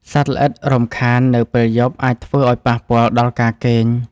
សត្វល្អិតរំខាននៅពេលយប់អាចធ្វើឱ្យប៉ះពាល់ដល់ការគេង។